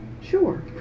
Sure